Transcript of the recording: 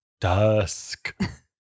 dusk